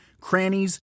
crannies